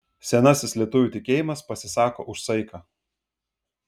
senasis lietuvių tikėjimas pasisako už saiką